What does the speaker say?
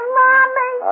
mommy